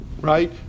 Right